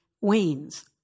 wanes